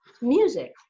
Music